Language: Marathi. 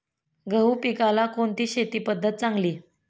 गहू पिकाला कोणती शेती पद्धत चांगली?